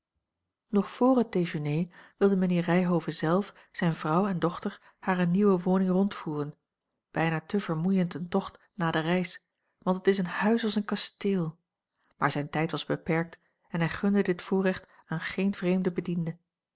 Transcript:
nog vr het déjeuner wilde mijnheer ryhove zelf zijne vrouw en dochter hare nieuwe woning rondvoeren bijna te vermoeiend een tocht na de reis want het is een huis als een kasteel maar zijn tijd was beperkt en hij gunde dit voorrecht aan geen vreemden bediende